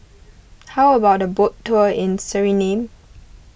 how about a boat tour in Suriname